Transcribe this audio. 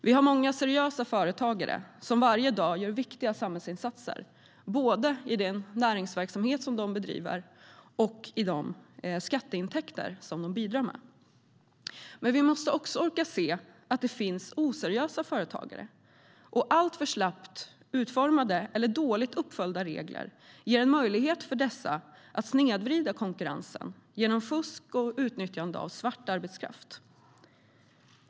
Vi har många seriösa företagare som varje dag gör viktiga samhällsinsatser, både i den näringsverksamhet de bedriver och genom de skatteintäkter de bidrar med. Men vi måste också orka se att det finns oseriösa företagare, och alltför slappt utformade eller dåligt uppföljda regler ger en möjlighet för dessa att snedvrida konkurrensen genom fusk och utnyttjande av svart arbetskraft.